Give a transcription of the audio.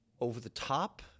over-the-top